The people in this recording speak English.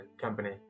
company